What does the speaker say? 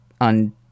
on